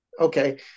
okay